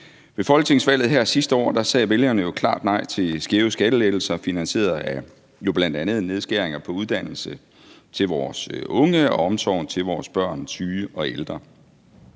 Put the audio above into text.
Ved folketingsvalget sidste år sagde vælgerne jo klart nej til skæve skattelettelser finansieret af bl.a. nedskæringer på uddannelse til vores unge og omsorgen til vores børn, syge og ældre.